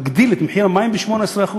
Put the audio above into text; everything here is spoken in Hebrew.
מגדיל את מחיר המים ב-18%.